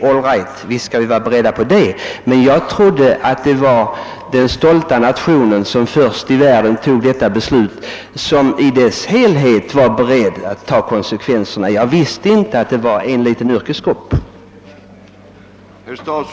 All right, vi skall ta konsekvenserna, men jag trodde att hela den stolta nation som först i världen fattade detta beslut om att förbjuda DDT skulle ta konsekvenserna — jag visste inte att bara en liten yrkesgrupp skulle göra det ensam.